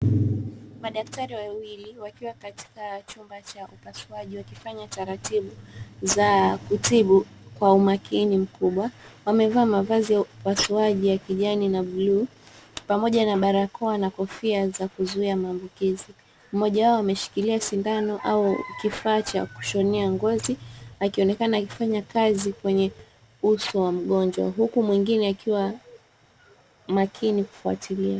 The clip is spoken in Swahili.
Madaktari wawili wakiwa katika chumba cha upasuaji wakifanya taratibu za kutibu kwa umakini mkubwa. Wamevaa mavazi ya upasuaji ya kijani na bluu pamoja na barakoa na kofia za kiuzuia uambukizi. Mmoja wao ameshikilia shindano au kifaa cha kushonea ngozi, akionekana akifanya kazi kwenye uso wa mgonjwa. Huku mwingine akiwa makini kufuatilia.